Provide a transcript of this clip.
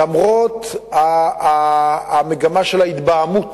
למרות המגמה של ההתבהמות